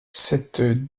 cette